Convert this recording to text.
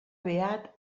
beat